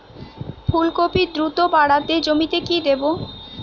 ফুলকপি দ্রুত বাড়াতে জমিতে কি দেবো?